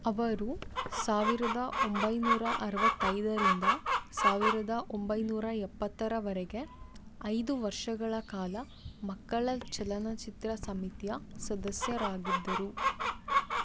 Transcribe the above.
ಅವರು ಸಾವಿರದ ಒಂಬೈನೂರ ಅರುವತ್ತೈದರಿಂದ ಸಾವಿರದ ಒಂಬೈನೂರ ಎಪ್ಪತ್ತರವರೆಗೆ ಐದು ವರ್ಷಗಳ ಕಾಲ ಮಕ್ಕಳ ಚಲನಚಿತ್ರ ಸಮಿತಿಯ ಸದಸ್ಯರಾಗಿದ್ದರು